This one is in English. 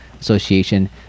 Association